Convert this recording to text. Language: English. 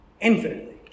Infinitely